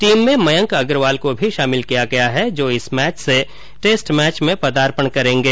team में मयंक अग्रवाल को भी शामिल किया गया है जो इस मैच से टेस्ट मैच में पदार्पण करेंगे